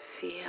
Feel